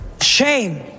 shame